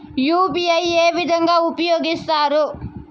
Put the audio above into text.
UPI ఏ విధంగా ఉపయోగిస్తారు?